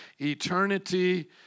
Eternity